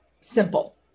simple